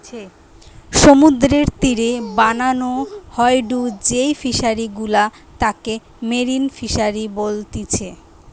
সমুদ্রের তীরে বানানো হয়ঢু যেই ফিশারি গুলা তাকে মেরিন ফিসারী বলতিচ্ছে